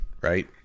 right